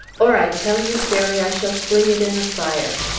or, i tell you fairly, i shall fling it in the fire!